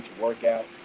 workout